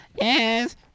Yes